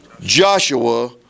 Joshua